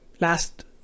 Last